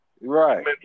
Right